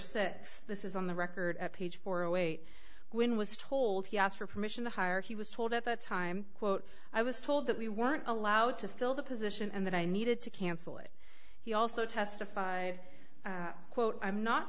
said this is on the record at page four zero eight when it was told he asked for permission to hire he was told at the time quote i was told that we weren't allowed to fill the position and that i needed to cancel it he also testified quote i'm not